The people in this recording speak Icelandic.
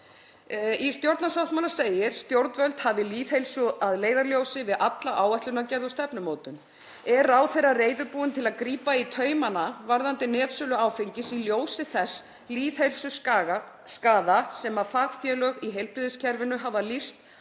Í stjórnarsáttmála segir að stjórnvöld hafi lýðheilsu að leiðarljósi við alla áætlunargerð og stefnumótun. Er ráðherra reiðubúinn til að grípa í taumana varðandi sölu áfengis í ljósi þess lýðheilsuskaða sem fagfélög í heilbrigðiskerfinu hafa lýst